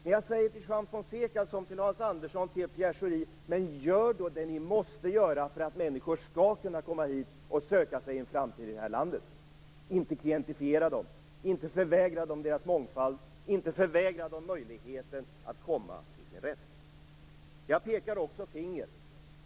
Men jag säger till Juan Fonseca som till Hans Andersson och till Pierre Schori: Men gör då det ni måste göra för att människor skall kunna komma hit och söka sig en framtid i det här landet. Klientifiera dem inte, förvägra dem inte deras mångfald, förvägra dem inte möjligheten att komma till sin rätt. Jag pekar också finger.